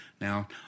Now